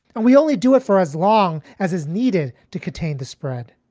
and we only do it for as long as is needed to contain the spread.